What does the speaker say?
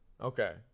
Okay